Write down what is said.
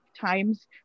times